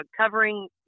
covering